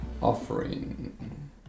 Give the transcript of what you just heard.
offering